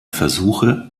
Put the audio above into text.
versuche